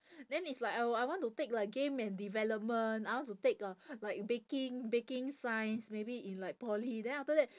then it's like I I want to take like game and development I want to take uh like baking baking science maybe in like poly then after that